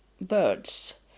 birds